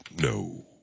No